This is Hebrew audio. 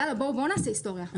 יאללה, בואו נעשה היסטוריה.